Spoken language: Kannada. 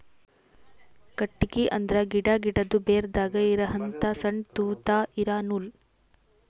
ಕಟ್ಟಿಗಿ ಅಂದ್ರ ಗಿಡಾ, ಗಿಡದು ಬೇರದಾಗ್ ಇರಹಂತ ಸಣ್ಣ್ ತೂತಾ ಇರಾ ನೂಲ್